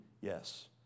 yes